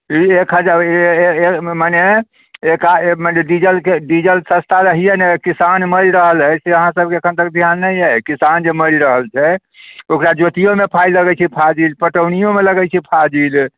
ई एक हजार माने एकाएक माने डीजलके डीजल सस्ता रहैया नहि किसान मरि रहल अइ से अहाँ सबके अखन तक ध्यान नहि अइ किसान जे मरि रहल छै ओकरा जोतैओमे पाइ लगैत छै फाजिल पटौनिओमे लगैत छै फाजिल